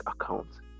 accounts